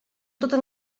totes